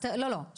לא, לא.